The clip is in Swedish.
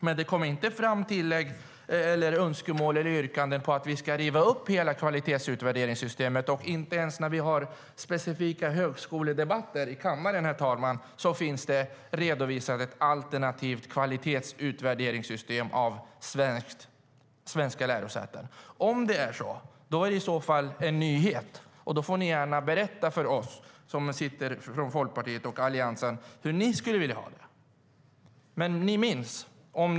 Men det kom inte fram några önskemål om eller yrkanden på att vi ska riva upp hela kvalitetsutvärderingssystemet. Inte ens när vi har specifika högskoledebatter i kammaren, herr talman, finns det redovisat ett alternativt kvalitetsutvärderingssystem av svenska lärosäten. Om det är så är det i så fall en nyhet. Då får ni gärna berätta för oss som sitter här från Folkpartiet och Alliansen hur ni skulle vilja ha det.